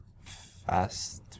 Fast